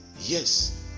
Yes